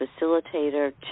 facilitator